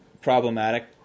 Problematic